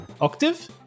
octave